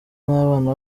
n’abana